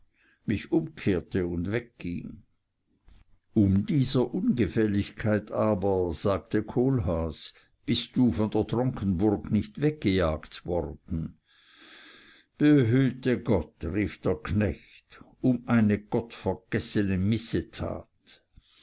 mich umkehrte und wegging um dieser ungefälligkeit aber sagte kohlhaas bist du von der tronkenburg nicht weggejagt worden behüte gott rief der knecht um eine gottvergessene missetat